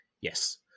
Yes